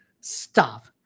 Stop